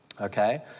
okay